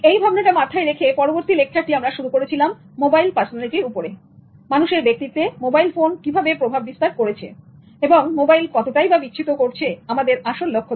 এই ভাবনাটা মাথায় রেখে পরবর্তী লেকচারটি আমরা শুরু করেছিলাম মোবাইল পারসোনালিটির উপরে মানুষের ব্যক্তিত্বে মোবাইল ফোন কিভাবে প্রভাব বিস্তার করেছে এবং মোবাইল কতটা বিচ্যুত করছে আমাদের আসল লক্ষ্য থেকে